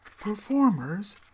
performers